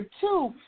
two